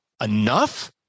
enough